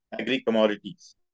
agri-commodities